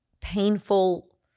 painful